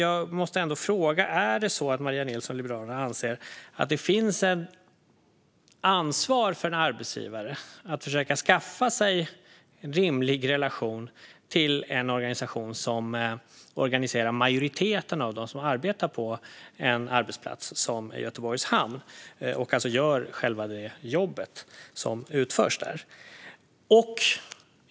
Anser Maria Nilsson från Liberalerna att en arbetsgivare har ansvar att försöka skapa en rimlig relation till en organisation som organiserar majoriteten av dem som arbetar på en arbetsplats, till exempel Göteborgs hamn, alltså dem som utför själva jobbet?